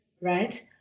Right